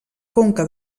conca